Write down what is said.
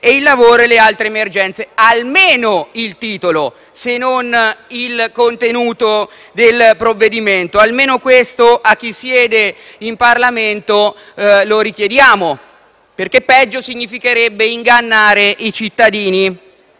Bisognerebbe conoscere almeno il titolo, se non il contenuto del provvedimento: almeno questo, a chi siede in Parlamento, lo richiediamo, perché altrimenti significherebbe ingannare i cittadini.